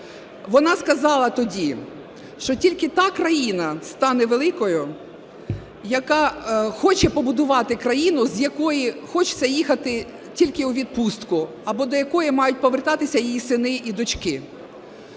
Вона сказала тоді, що тільки та країна стане великою, яка хоче побудувати країну, з якої хочеться їхати тільки у відпустку або до якої мають повертатися її сини і дочки.